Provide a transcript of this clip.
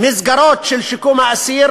מסגרות לשיקום האסיר